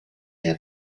der